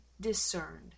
discerned